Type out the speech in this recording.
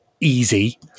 easy